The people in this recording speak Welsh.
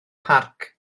parc